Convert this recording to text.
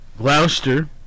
Gloucester